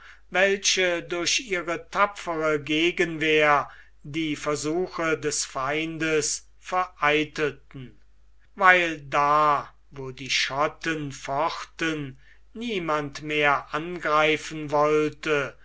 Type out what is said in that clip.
welche durch ihre tapfere gegenwehr die versuche des feindes vereitelten weil da wo die schotten fochten niemand mehr angreifen wollte